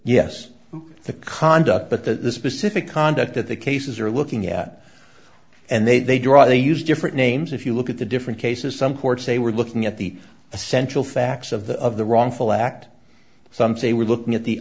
yes the conduct but the specific conduct that the cases are looking at and they draw they use different names if you look at the different cases some courts say we're looking at the essential facts of the of the wrongful act some say we're looking at the